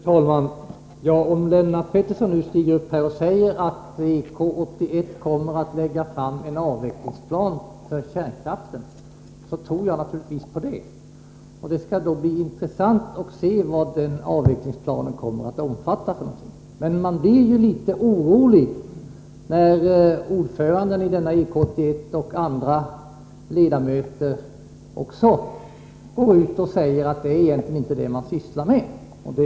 Fru talman! Om Lennart Pettersson nu stiger upp här och säger att EK 1 kommer att lägga fram en plan för avvecklingen av kärnkraften, tror jag naturligtvis på det. Det skall bli intressant att se vad den planen kommer att omfatta. Men man blir litet orolig när ordföranden, och andra ledamöter, i EK 81 går ut och säger att det egentligen inte är en avvecklingsplan som kommittén sysslar med.